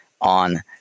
on